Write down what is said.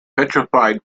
petrified